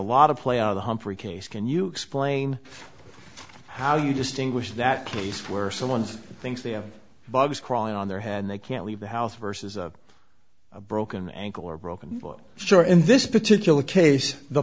lot of play on the humphrey case can you explain how you distinguish that place where someone thinks they have bugs crawling on their head and they can't leave the house versus a broken ankle or a broken foot sure in this particular case the